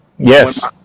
yes